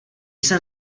jsem